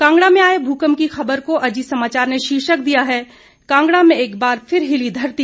कांगड़ा में आए भूकंप की खबर को अजीत समाचार ने शीर्षक दिया है कांगड़ा में एक बार फिर हिली धरती